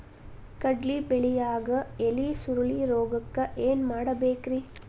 ಕಡ್ಲಿ ಬೆಳಿಯಾಗ ಎಲಿ ಸುರುಳಿರೋಗಕ್ಕ ಏನ್ ಮಾಡಬೇಕ್ರಿ?